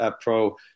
pro